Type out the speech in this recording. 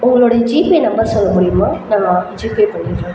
உங்களுடைய GPay number சொல்ல முடியுமா நாங்கள் அப்போ ஜிபே பண்ணிவிடறோம்